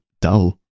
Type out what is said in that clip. dull